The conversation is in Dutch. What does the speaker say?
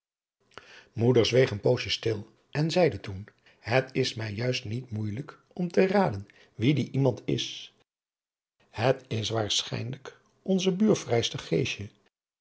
zweeg een poosje stil en zeide toen het is mij juist niet moeijelijk om te raden wie die iemand is het is waarschijnlijk onze